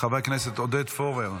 חבר הכנסת עודד פורר,